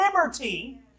liberty